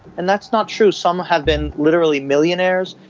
and that's not true. some have been literally millionaires.